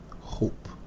hope